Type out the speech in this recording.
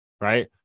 Right